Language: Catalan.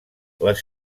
les